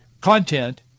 content